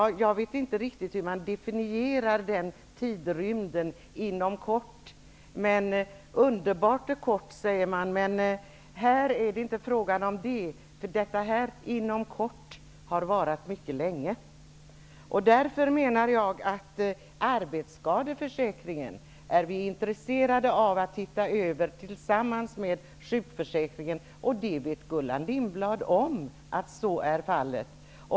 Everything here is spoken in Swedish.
Jag vet inte riktigt hur man definierar tidrymden ''inom kort''. Underbart är kort, säger man. Men här är det inte fråga om det. Detta ''inom kort'' har varat mycket länge. Vi är intresserade av att se över arbetsskadeförsäkringen tillsammans med sjukförsäkringen. Att så är fallet vet Gullan Lindblad om.